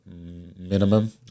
minimum